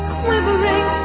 quivering